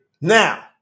Now